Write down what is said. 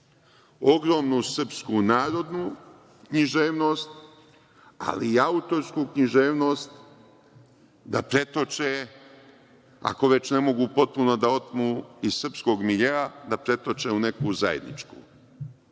Ogromnu srpsku narodnu književnost ali i autorsku književnost da pretoče, ako već ne mogu potpuno da otmu iz srpskog miljea da pretoče u neku zajedničku.